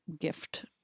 gift –